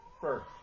first